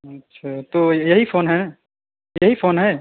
अच्छा तो यही फ़ोन है यही फ़ोन है